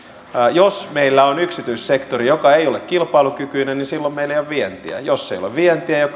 jos meillä on yksityissektori joka ei ole kilpailukykyinen niin silloin meillä ei ole vientiä jos ei ole vientiä ei ole kasvua ja